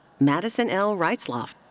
madison l. reitzloff.